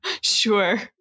Sure